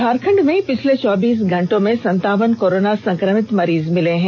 झारखंड में पिछले चौबीस घंटों में संतावन कोरोना संक्रमित मरीज मिले हैं